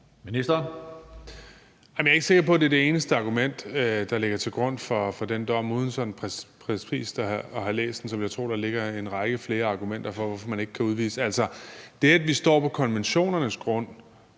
Jeg er ikke sikker på, at det er det eneste argument, der ligger til grund for den dom. Uden sådan at have læst den præcist vil jeg tro, at der ligger en række flere argumenter for, hvorfor man ikke kan udvise ham. Altså, det, at vi står på konventionernes grund,